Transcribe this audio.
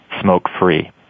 smoke-free